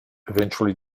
eventually